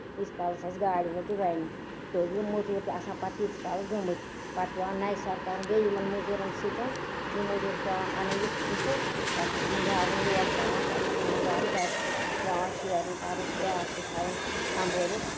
ییٖتِس کالَس اَسہِ گاڈِ وول تہِ وَنہِ تہٕ یِم موزوٗر تہِ آسان تِتِس کالَس گٔمٕتۍ پَتہٕ پیوان نَوِ سَرٕ کَرُن بیٚیہِ یِمن موزوٗرن سۭتۍ یِم موزوٗر چھِ پیوان اَنٕنۍ یِتھٕ تِتھٕ پَتہٕ چھِ تِمن گاڈین لوڈ کران پَتہٕ چھِ آنان گرٕ گرِ چھُ سُہ پیوان شیرُن کَرُن سُہ گاسہٕ تھاوُن سَمبٲلِتھ